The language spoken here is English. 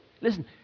Listen